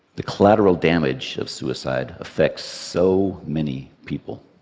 the collateral damage of suicide affects so many people.